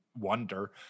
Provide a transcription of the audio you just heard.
wonder